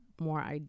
more